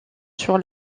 sur